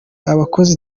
abakozi